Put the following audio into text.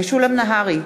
משולם נהרי,